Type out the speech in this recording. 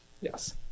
Yes